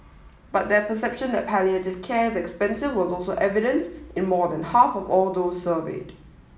but their perception that palliative care is expensive was also evident in more than half of all those surveyed